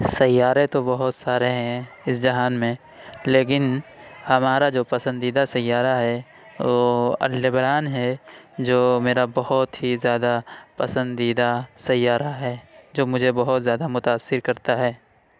سیارے تو بہت سارے ہیں اس جہان میں لیکن ہمارا جو پسندیدہ سیارہ ہے وہ اللبنان ہے جو میرا بہت ہی زیادہ پسندیدہ سیارہ ہے جو مجھے بہت زیادہ متأثر كرتا ہے